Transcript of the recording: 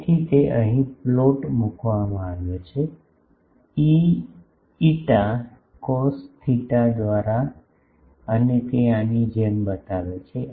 તેથી તે અહીં પ્લોટ મુકવામાં આવ્યું છે Eφ કોસ થેટા દ્વારા અને તે આની જેમ બતાવે છે